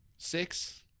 six